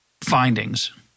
findings